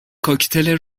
کوکتل